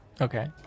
Okay